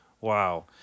Wow